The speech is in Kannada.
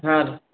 ಹಾಂ ರೀ